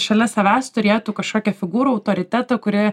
šalia savęs turėtų kažkokią figūrų autoritetą kuri